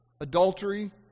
adultery